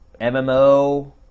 MMO